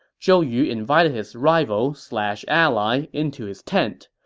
zhou yu invited his rival slash ally into his tent,